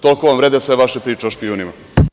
Toliko vam vrede sve vaše priče o špijunima.